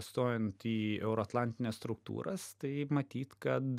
stojant į euroatlantines struktūras tai matyt kad